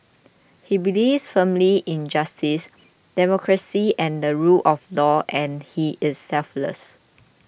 he believes firmly in justice democracy and the rule of law and he is selfless